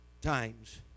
times